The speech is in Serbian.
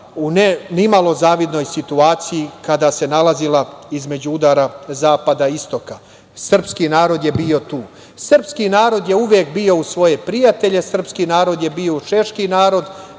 u nimalo zavidnoj situaciji kada se nalazila između udara zapada i istoka. Srpski narod je bio tu. Srpski narod je uvek bio uz svoje prijatelje. Srpski narod je bio uz Češki narod.